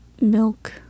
milk